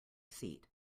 seat